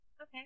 Okay